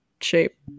shape